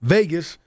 Vegas